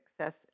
success